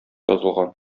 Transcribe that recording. язылган